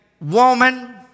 woman